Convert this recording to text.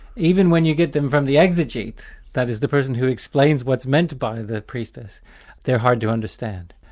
even when you get them from the exegete that is, the person who explains what's meant by the priestess they're hard to understand.